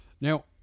Now